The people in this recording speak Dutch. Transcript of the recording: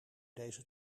deze